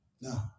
No